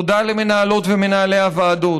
תודה למנהלות ולמנהלי הוועדות.